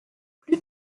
plus